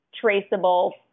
traceable